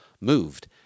moved